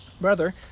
Brother